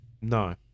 No